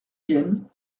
vienne